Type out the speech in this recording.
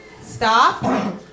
Stop